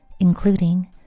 including